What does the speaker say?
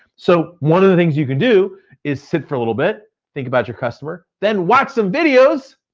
so one of the things you can do is sit for a little bit, think about your customer, then watch some videos,